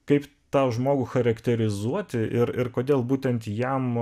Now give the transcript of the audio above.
kaip tą žmogų charakterizuoti ir ir kodėl būtent jam